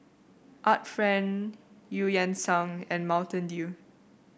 Art Friend Eu Yan Sang and Mountain Dew